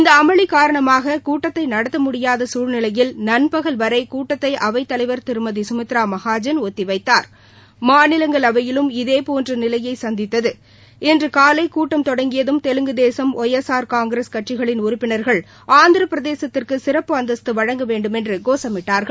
இந்த அமளிகாரணமாக கூட்டத்தை நடத்த முடியாத சூழ்நிலையில் நண்பகல் வரை கூட்டத்தை அவைத் தலைவர் திருமதி சுமித்ரா மகாஜன் ஒத்தி வைத்தார் மாநிலங்களைவையும் இதே போன்று நிலையை சந்தித்தது இன்று காலை கூட்டம் தொடங்கியதும் Telugu Desam Y S R Congress கட்சிகளின் உறுப்பினர்கள் ஆந்திர பிரதேசத்துக்கு சிறப்பு அந்தஸ்து வழங்க வேண்டுமென்று கோஷமிட்டார்கள்